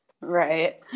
Right